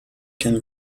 can